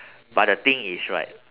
but the thing is right